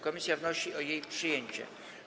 Komisja wnosi o jej przyjęcie.